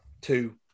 Two